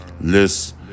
list